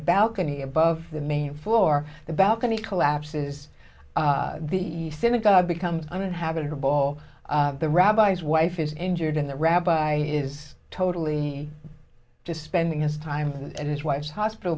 a balcony above the main floor the balcony collapses the synagogue become uninhabitable the rabbi's wife is injured and the rabbi is totally just spending his time and his wife's hospital